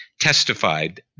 testified